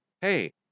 hey